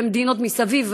ומדינות מסביב,